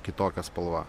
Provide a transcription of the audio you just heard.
kitokia spalva